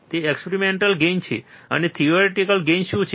તે experimental gain છે અને થિયોરિટીકલ ગેઇન શું છે